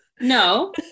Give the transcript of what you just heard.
no